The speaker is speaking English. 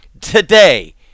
Today